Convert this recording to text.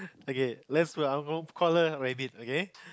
okay let's I'm gonna call her Rabbit okay